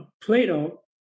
Plato